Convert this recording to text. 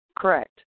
correct